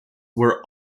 were